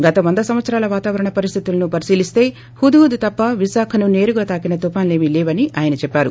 గత వంద సంవత్సరాల వాతావరణ పరిస్టితులను పరిశీలిస్త హుద్ హుద్ తప్ప విశాఖను సేరుగా తాకిన తుఫాన్లు ఏవీ లేవని ఆయన చెప్పారు